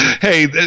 Hey